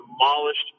demolished